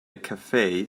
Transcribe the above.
cafe